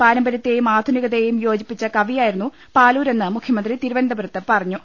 പാരമ്പര്യത്തെയും ആധുനികതയെയും യോജിപ്പിച്ച കവിയായിരുന്നു പാലൂരെന്ന് മുഖ്യമന്ത്രി തിരുവനന്ത പുരത്ത് പറഞ്ഞു